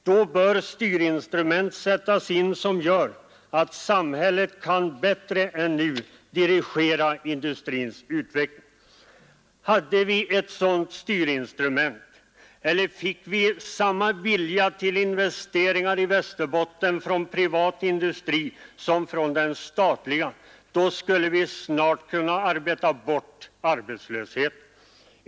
Då bör styrinstrument sättas in som gör att samhället kan bättre än nu dirigera industrins utveckling. Hade vi ett sådant styrinstrument — eller fick vi samma vilja till investeringar i Västerbotten från privat industri som från statlig — då skulle vi snart kunna arbeta bort arbetslösheten.